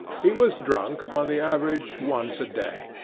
he was drunk upon the average once a day,